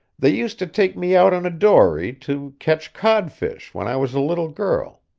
they used to take me out in a dory to catch codfish when i was a little girl,